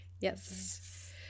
Yes